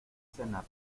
cenar